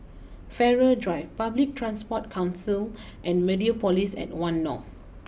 Farrer Drive Public Transport Council and Mediapolis at one North